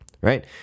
right